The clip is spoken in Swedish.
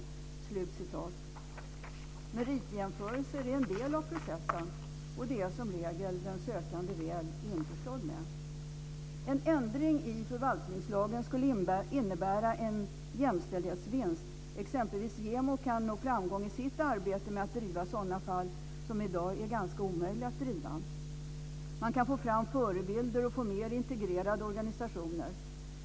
Meritjämförelser är en del av processen, och det är som regel den sökande väl införstådd med. En ändring i förvaltningslagen skulle innebära en jämställdhetsvinst. Exempelvis JämO kan nå framgång i sitt arbete med att driva sådana fall som i dag är ganska omöjliga att driva. Man kan få fram förebilder och få mer integrerade organisationer.